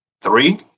three